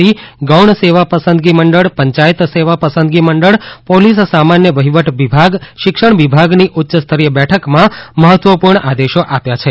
C ગૌણ સેવા પસંદગી મંડળ પંચાયત સેવા પસંદગી મંડળ પોલીસ સામાન્ય વહિવટ વિભાગ શિક્ષણ વિભાગની ઉચ્યસ્તરીય બેઠકમાં મહત્વપૂર્ણ આદેશો આપ્યા છે